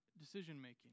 decision-making